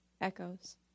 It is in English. echoes